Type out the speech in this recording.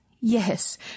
Yes